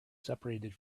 separated